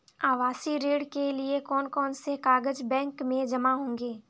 आवासीय ऋण के लिए कौन कौन से कागज बैंक में जमा होंगे?